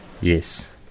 Yes